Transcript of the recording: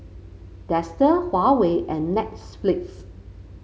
Dester Huawei and Netflix